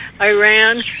Iran